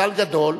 מזל גדול